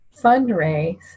fundraise